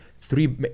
three